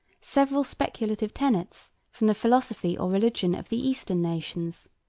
several speculative tenets from the philosophy or religion of the eastern nations.